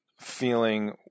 feeling